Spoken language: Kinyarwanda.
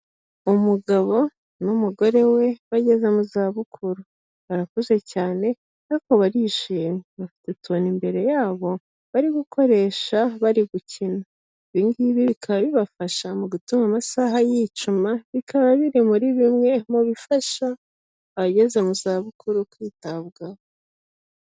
Umugabo n'umugore we bageze mu za bukuru, baraku cyane ariko barishima, bafite utuntu imbere yabo bari gukoresha bari gukina, ibingibi bikaba bibafasha mu gutuma amasaha yicuma, bikaba biri muri bimwe mu bifasha abageze mu zabukuru kwitabwaho.